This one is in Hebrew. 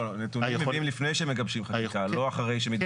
לא, לא.